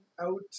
out